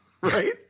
Right